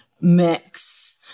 mix